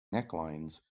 necklines